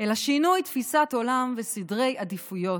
אלא שינוי תפיסת עולם וסדרי עדיפויות: